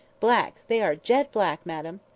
black they are jet-black, madam.